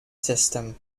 system